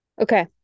Okay